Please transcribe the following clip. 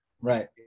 right